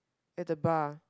at the bar